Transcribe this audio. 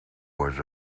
was